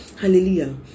Hallelujah